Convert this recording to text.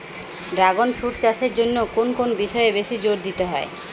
Dragon fruit চাষের জন্য কোন কোন বিষয়ে বেশি জোর দিতে হয়?